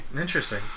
Interesting